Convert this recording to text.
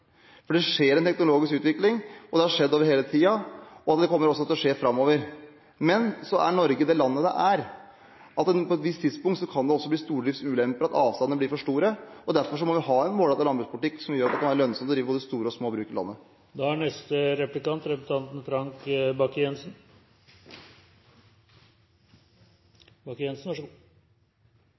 melkerobot. Det skjer en teknologisk utvikling, det har skjedd hele tiden, og det kommer også til å skje framover. Men Norge er det landet det er. På et visst tidspunkt kan det bli stordriftsulemper – avstandene blir for store – og derfor må vi ha en målrettet landbrukspolitikk som gjør at det kan være lønnsomt å drive både store og små bruk i landet. Jeg skal ikke bruke mye tid på innlegget til statsråden her, for det er bemerkelsesverdig at man i utgangspunktet vil drive politikk med en retorikk som inneholder så